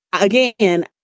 again